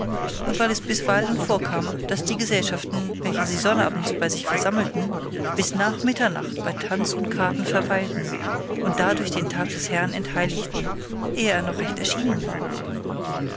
und weil es bisweilen vorkam daß die gesellschaften welche sie sonnabends bei sich versammelten bis nach mitternacht bei tanz und karten verweilten und dadurch den tag des herrn entheiligten ehe er noch recht erschienen war